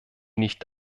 nicht